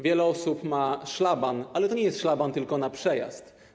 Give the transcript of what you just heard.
Wiele osób ma szlaban, ale to nie jest szlaban tylko na przejazd.